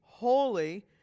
holy